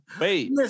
Wait